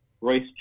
Royce